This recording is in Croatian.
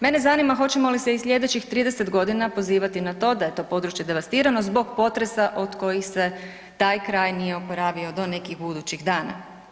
Mene zanima hoćemo li se i sljedećih 30 godina pozivati na to da je to područje devastirano zbog potresa od kojih se taj kraj nije oporavio do nekih budućih dana?